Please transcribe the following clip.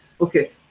Okay